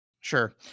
Sure